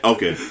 Okay